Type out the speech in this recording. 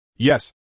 Yes